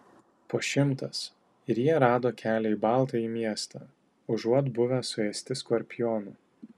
po šimtas ir jie rado kelią į baltąjį miestą užuot buvę suėsti skorpionų